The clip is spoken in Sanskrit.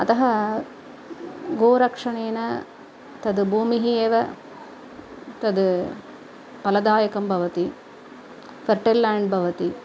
अतः गोरक्षणेन तद्भूमिः एव तत् फलदायकं भवति फ़र्टेल् लेण्ड् भवति